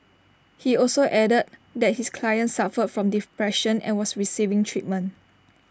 he also added that his client suffered from depression and was receiving treatment